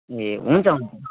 ए हुन्छ हुन्छ